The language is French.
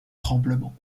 tremblement